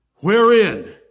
Wherein